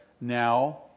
now